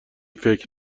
فکر